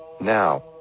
Now